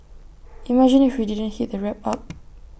imagine if she didn't heat the wrap up